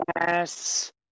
Yes